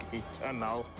eternal